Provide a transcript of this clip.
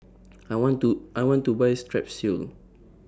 I want to I want to Buy Strepsils